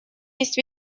есть